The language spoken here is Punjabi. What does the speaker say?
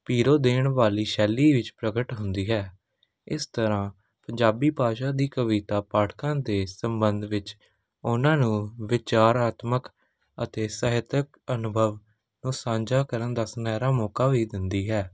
ਪੀਰੋ ਦੇਣ ਵਾਲੀ ਸ਼ੈਲੀ ਵਿੱਚ ਪ੍ਰਗਟ ਹੁੰਦੀ ਹੈ ਇਸ ਤਰ੍ਹਾਂ ਪੰਜਾਬੀ ਭਾਸ਼ਾ ਦੀ ਕਵਿਤਾ ਪਾਠਕਾਂ ਦੇ ਸੰਬੰਧ ਵਿੱਚ ਉਹਨਾਂ ਨੂੰ ਵਿਚਾਰਾਤਮਕ ਅਤੇ ਸਾਹਿਤਕ ਅਨੁਭਵ ਨੂੰ ਸਾਂਝਾ ਕਰਨ ਦਾ ਸੁਨਹਿਰਾ ਮੌਕਾ ਵੀ ਦਿੰਦੀ ਹੈ